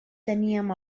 teníem